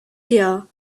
here